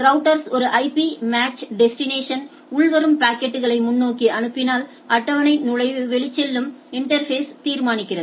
routers ஒரு IP match destination உள்வரும் பாக்கெட்களை முன்னோக்கி அனுப்பினால் அட்டவணை நுழைவு வெளிச்செல்லும் இன்டா்ஃபேஸ்யை தீர்மானிக்கிறது